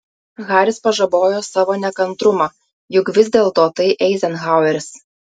haris pažabojo savo nekantrumą juk vis dėlto tai eizenhaueris